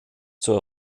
zur